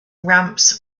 ramps